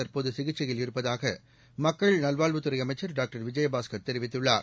தற்போது சிகிச்சையில் இருப்பதாக மக்கள் நல்வாழ்வுத்துறை அமைச்சர் டாக்டர் விஜயபாஸ்கர் தெரிவித்துள்ளார்